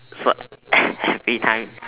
for every time